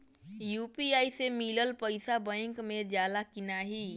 UPI से मिलल पईसा बैंक मे जाला की नाहीं?